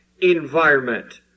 environment